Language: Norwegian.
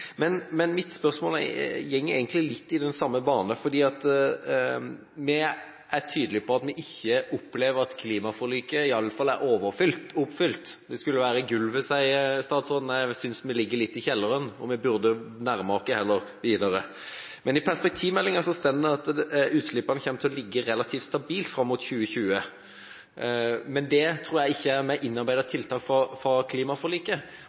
Men det er i hvert fall bra at det har kommet. Det skal regjeringen ha ros for. Mitt spørsmål går egentlig litt i den samme banen, fordi vi er tydelige på at vi i hvert fall ikke opplever at klimaforliket er overoppfylt. Statsråden sier at det skulle være gulvet. Jeg synes vi ligger litt i kjelleren, og at vi burde komme videre. I perspektivmeldingen står det at utslippene kommer til å ligge relativt stabilt fram mot 2020, men jeg tror ikke det er med